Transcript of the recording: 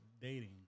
dating